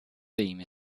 theme